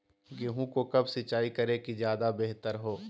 गेंहू को कब सिंचाई करे कि ज्यादा व्यहतर हो?